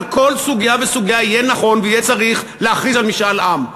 על כל סוגיה וסוגיה יהיה נכון ויהיה צריך להכריז על משאל עם,